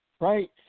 right